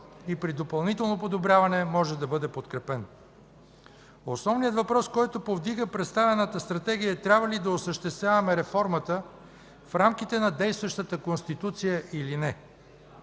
и при допълнително подобряване може да бъде подкрепен. Основният въпрос, който повдига представената Стратегия, е: трябва ли да осъществяваме реформата в рамките на действащата Конституция, или не?